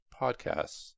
podcasts